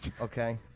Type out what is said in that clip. Okay